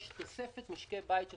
יש תוספת משקי בית של